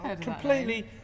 Completely